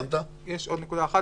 יש עוד נקודה אחת.